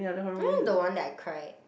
you know the one like cry